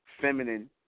feminine